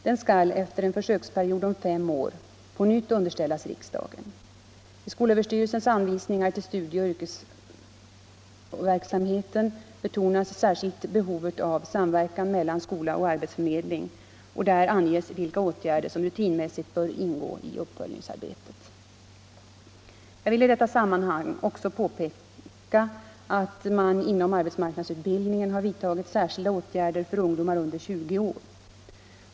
Den skall efter en försöksperiod om fem år på nytt underställas riksdagen. I skolöverstyrelsens anvisningar till studieoch yrkesverksamheten betonas särskilt behovet av samverkan mellan skola och arbetsförmedling och där anges vilka åtgärder som rutinmässigt bör ingå i uppföljningsarbetet. Jag vill i detta sammanhang också peka på att man inom arbetsmarknadsutbildningen har vidtagit särskilda åtgärder för ungdomar under 20 år.